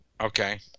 Okay